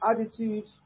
attitude